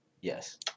Yes